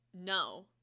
no